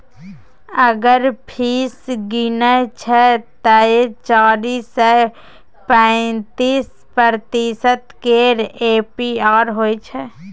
अगर फीस गिनय छै तए चारि सय पैंतीस प्रतिशत केर ए.पी.आर होइ छै